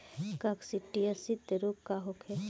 काकसिडियासित रोग का होखे?